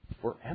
forever